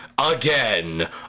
again